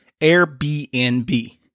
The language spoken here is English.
Airbnb